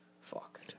Fuck